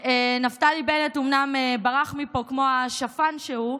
נפתלי בנט אומנם ברח מפה כמו השפן שהוא,